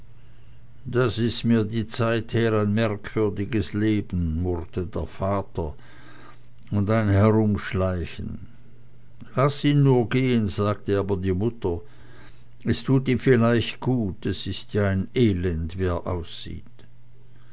das ist mir die zeit her ein merkwürdiges leben murrte der vater und ein herumschleichen laß ihn nur gehen sagte aber die mutter es tut ihm vielleicht gut es ist ja ein elend wie er aussieht